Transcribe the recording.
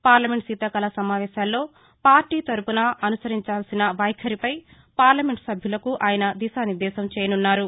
parliament శీతాకాల సమావేశాల్లో party తరఫున అనుసరించాల్సిన వైఖరిపై పార్లమెంట్ సభ్యులకు ఆయన దిశానిర్దేశం చేయనున్నారు